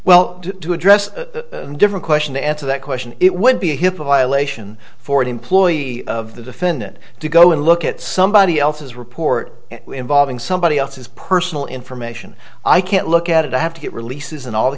well to address a different question to answer that question it would be hip of violations for an employee of the defendant to go and look at somebody else's report involving somebody else's personal information i can't look at it i have to get releases in all the